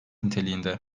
niteliğinde